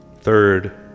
Third